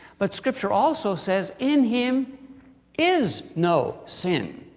but scripture also says, in him is no sin.